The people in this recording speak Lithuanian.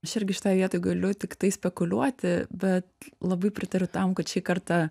aš irgi šitoj vietoj galiu tiktai spekuliuoti bet labai pritariu tam kad šį kartą